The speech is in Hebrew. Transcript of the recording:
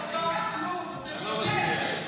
בטח --- הממשלה לא עושה כלום.